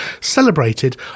celebrated